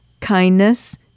kindness